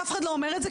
אף אחד לא אומר את זה,